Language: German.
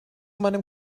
meinem